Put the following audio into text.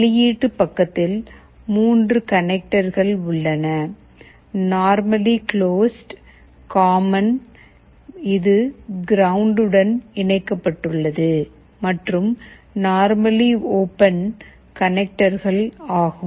வெளியீட்டு பக்கத்தில் 3 கனெக்டர்கள் உள்ளன normally closed normally closed common common இது கிரவுண்ட் உடன் இணைக்கப்பட்டுள்ளது மற்றும் normally open normally open connector கனெக்டர்கள் ஆகும்